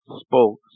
spoke